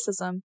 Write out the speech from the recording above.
racism